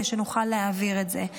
ונוכל להעביר את זה.